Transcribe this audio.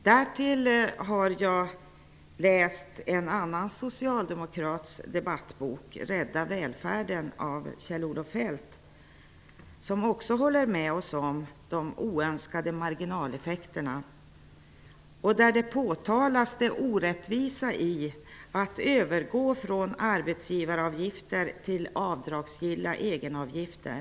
Jag har läst en annan socialdemokrats debattbok, Kjell-Olof Feldt med oss om de oönskade marginaleffekterna. I boken påtalas också det orättvisa i att övergå från arbetsgivaravgifter till avdragsgilla egenavgifter.